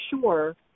sure